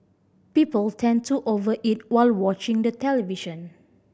people tend to over eat while watching the television